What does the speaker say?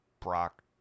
Brock